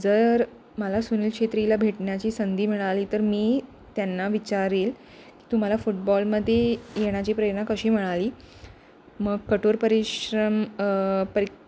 जर मला सुनील छेत्रीला भेटण्याची संधी मिळाली तर मी त्यांना विचारेल तुम्हाला फुटबॉलमध्ये येण्याची प्रेरणा कशी मिळाली मग कठोर परिश्रम परि